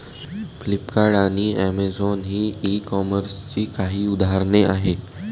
Flipkart आणि Amazon ही ई कॉमर्सची काही उदाहरणे आहे